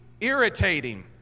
irritating